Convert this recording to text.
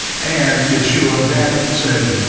and yeshua then said,